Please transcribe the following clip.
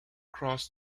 cross